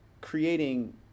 creating